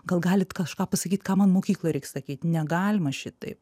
gal galit kažką pasakyt ką man mokykloj reik sakyt negalima šitaip